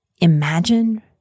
imagine